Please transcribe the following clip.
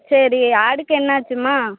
சரி ஆட்டுக்கு என்னாச்சும்மா